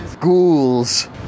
Ghouls